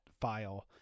file